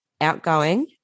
outgoing